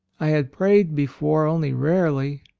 i had prayed before only rarely,